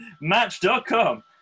Match.com